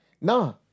No